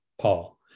Paul